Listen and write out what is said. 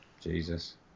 Jesus